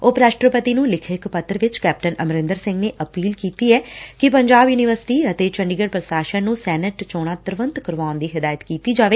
ਉਪ ਰਾਸਟਰਪਤੀ ਨੂੰ ਲਿਖੇ ਇਕ ਪੱਤਰ ਵਿਚ ਕੈਪਟਨ ਅਮਰਿੰਦਰ ਸਿੰਘ ਨੇ ਅਪੀਲ ਕੀਤੀ ਏ ਕਿ ਪੰਜਾਬ ਯੁਨੀਵਰਸਿਟੀ ਅਤੇ ਚੰਡੀਗੜੁ ਪ੍ਸ਼ਾਸਨ ੱਨੂੰ ਸੈਨੇਟ ਚੋਣਾ ਤੁਰੰਤ ਕਰਵਾਉਣ ਦੀ ਹਦਾਇਤ ਕੀਤੀ ਜਾਵੇ